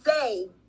say